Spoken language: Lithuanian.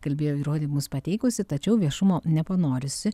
kalbėjo įrodymus pateikusi tačiau viešumo nepanorusi